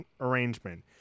arrangement